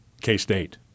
K-State